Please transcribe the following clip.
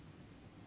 就是因为